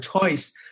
choice